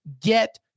get